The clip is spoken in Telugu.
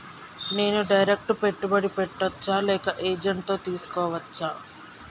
నేను డైరెక్ట్ పెట్టుబడి పెట్టచ్చా లేక ఏజెంట్ తో చేస్కోవచ్చా?